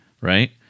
right